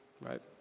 right